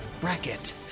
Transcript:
bracket